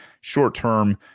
short-term